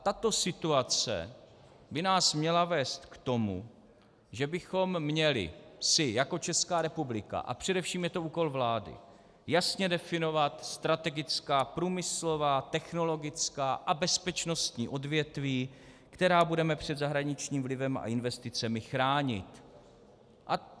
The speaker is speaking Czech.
Tato situace by nás měla vést k tomu, že bychom si měli jako Česká republika a především je to úkol vlády jasně definovat strategická průmyslová, technologická a bezpečnostní odvětví, která budeme před zahraničním vlivem a investicemi chránit.